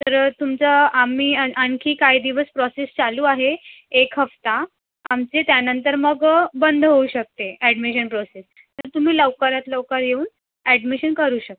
तर तुमचं आम्ही आन आणखी काही दिवस प्रोसेस चालू आहे एक हप्ता आमचे त्यानंतर मग बंद होऊ शकते ॲडमिशन प्रोसेस तर तुम्ही लवकरात लवकर येऊन ॲडमिशन करू शकता